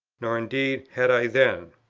nor indeed had i then.